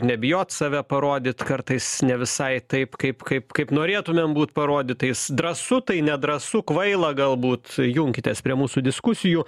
nebijot save parodyt kartais ne visai taip kaip kaip kaip norėtumėm būt parodytais drąsu tai nedrąsu kvaila galbūt junkitės prie mūsų diskusijų